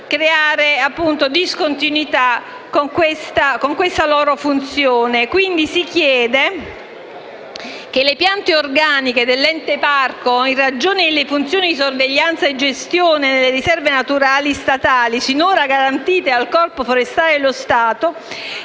creare discontinuità con la loro funzione. Si chiede, quindi, che le piante organiche dell’Ente parco, in ragione delle funzioni di sorveglianza e gestione delle riserve naturali statali finora garantite dal Corpo forestale dello Stato,